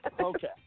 Okay